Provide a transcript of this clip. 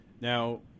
Now